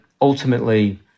ultimately